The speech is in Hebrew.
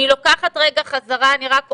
אני לוקחת רגע חזרה, אני רק אומר.